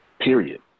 period